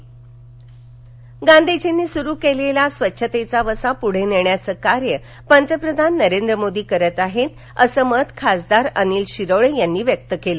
सत्याग्रह ते स्वच्छाग्रह गांधीजींनी सुरु केलेला स्वच्छतेचा वसा पुढे नेण्याचं कार्य पंतप्रधान नरेंद्र मोदी करत आहेत असं मत खासदार अनिल शिरोळे यांनी व्यक्त केलं